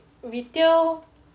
wait retail